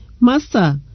master